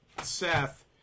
Seth